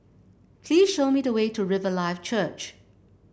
please show me the way to Riverlife Church